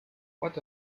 what